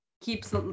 keeps